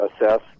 assess